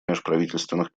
межправительственных